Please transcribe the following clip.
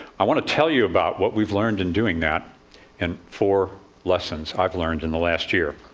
i want to tell you about what we've learned in doing that and four lessons i've learned in the last year.